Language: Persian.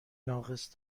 ناقص